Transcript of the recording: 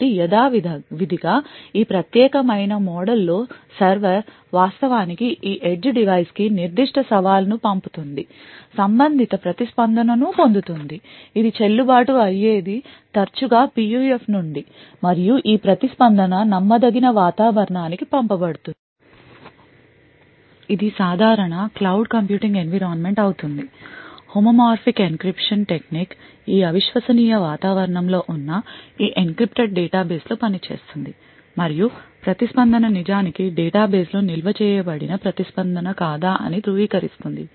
కాబట్టి యథావిధిగా ఈ ప్రత్యేకమైన మోడల్లో సర్వర్ వాస్తవానికి ఈ edge డివైస్ కి నిర్దిష్ట సవాలు ను పంపుతుంది సంబంధిత ప్రతిస్పందన ను పొందవచ్చు ఇది చెల్లుబాటు అయ్యేది తరచుగా PUF నుండి మరియు ఈ ప్రతిస్పందన నమ్మదగని వాతావరణానికి పంపబడుతుంది ఇది సాధారణ క్లౌడ్ అవుతుంది computing environment homomorphic encryption technique ఈ అవిశ్వసనీయ వాతావరణం లో ఉన్న ఈ encrypted డేటాబేస్ లో పనిచేస్తుంది మరియు ప్రతిస్పందన నిజానికి డేటాబేస్ లో నిల్వ చేయబడిన ప్రతిస్పందన కాదా అని ధృవీకరిస్తుంది